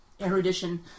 erudition